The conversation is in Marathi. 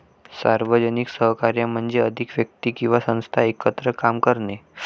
सार्वजनिक सहकार्य म्हणजे अधिक व्यक्ती किंवा संस्था एकत्र काम करणे